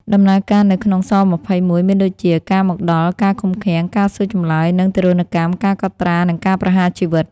ដំណើរការនៅក្នុង ស-២១ មានដូចជា ការមកដល់ ការឃុំឃាំង ការសួរចម្លើយ និងទារុណកម្ម ការកត់ត្រា និងការប្រហារជីវិត។